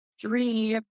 three